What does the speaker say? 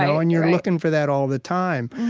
know? and you're looking for that all the time.